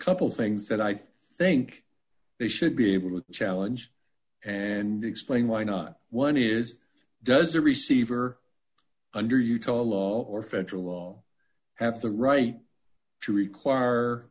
couple things that i think they should be able to challenge and explain why not one is does the receiver under utah law or federal have the right to require